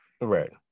right